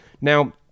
Now